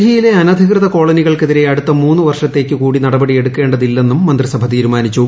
ഡൽഹിയിലെ അനധികൃത കോളനികൾക്കെതിരെ അടുത്ത ദ വർഷത്തേക്ക് കൂടി നടപടി എടുക്കേണ്ടതില്ലെന്നും മന്ത്രിസഭ തീരുമാനിച്ചു